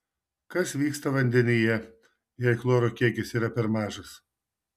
kas vyksta vandenyje jei chloro kiekis yra per mažas